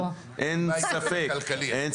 ולקופת חולים עולה הרבה מאוד כסף,